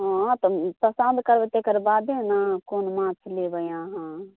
हँ तऽ पसन्द करबै तकर बादे ने कोन माछ लेबै अहाँ